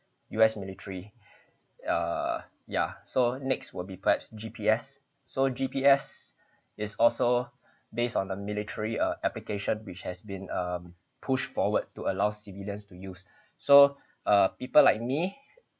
U_S military err ya so next will be perhaps G_P_S so G_P_S is also based on a military uh application which has been um push forward to allow civilians to use so uh people like me